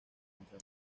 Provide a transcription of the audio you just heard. entre